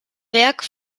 werk